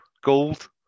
gold